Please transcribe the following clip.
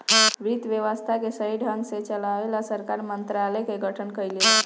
वित्त व्यवस्था के सही ढंग से चलाये ला सरकार मंत्रालय के गठन कइले बा